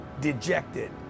dejected